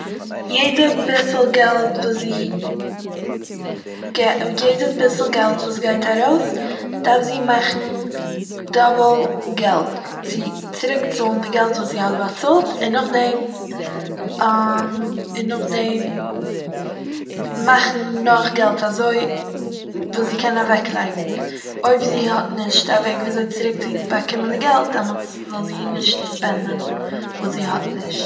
יעדע ביסל געלט וואס זי גע- יעדע ביסל געלט וואס גייט ארויס - דארף זי מאכן דאבל געלט, צו צוריקצאלן די געלט וואס זי האט באצאלט און נאכדעם און נאכדעם מאכן נאך געלט, אזוי וואס זי קען אוועקלייגן, אויב זי האט נישט א וועג וויאזוי צוריקצובאקומען די געלט, דעמאלטס זאל זי נישט ספענדען וואס זי האט נישט